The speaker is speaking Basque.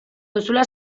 duzula